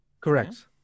Correct